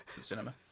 cinema